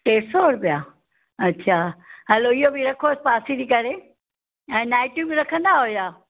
टे सौ रुपिया अच्छा हलो इहो बि रखो पासेरी करे ऐं नाइटियूं बि रखंदा आहियो छा